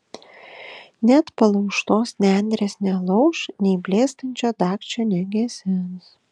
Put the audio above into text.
net palaužtos nendrės nelauš nei blėstančio dagčio negesins